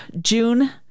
june